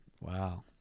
wow